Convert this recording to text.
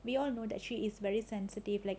we all know that she is very sensitive like